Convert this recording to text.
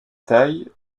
taille